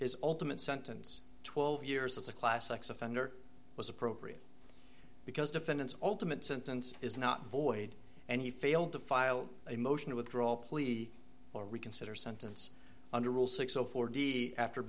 his ultimate sentence twelve years as a class sex offender was appropriate because defendant's ultimate sentence is not void and he failed to file a motion to withdraw plea or reconsider sentence under rule six zero four d after